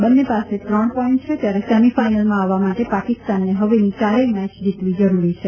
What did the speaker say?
બંને પાસે ત્રણ પોઈન્ટ છે ત્યારે સેમી ફાઈનલમાં આવવા માટે પાકિસ્તાનને હવેની યારેથ મેય જીતવી જરૂરી છે